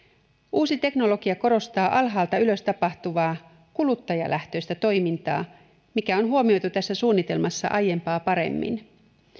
uusi teknologia korostaa alhaalta ylös tapahtuvaa kuluttajalähtöistä toimintaa mikä on huomioitu tässä suunnitelmassa aiempaa paremmin